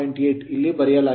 8 ಇಲ್ಲಿ ಬರೆಯಲಾಗಿದೆ